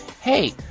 hey